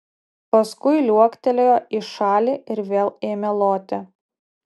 paskui liuoktelėjo į šalį ir vėl ėmė loti